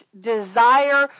desire